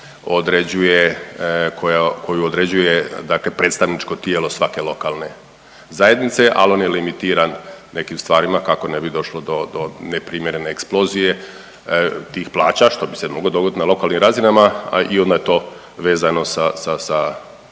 koju određuje dakle predstavničko tijelo svake lokalne zajednice, ali on je limitiran nekim stvarima kako ne bi došlo do neprimjerene eksplozije tih plaća što bi se moglo dogoditi na lokalnim razinama i onda je to vezano sa,